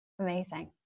amazing